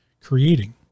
creating